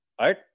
Right